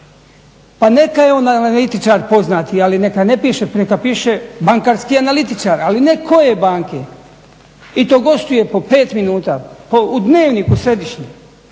Pa neka je on analitičar poznati ali neka ne piše, neka piše bankarski analitičar ali ne koje banke i to gostuje po pet minuta, u Dnevniku središnjem,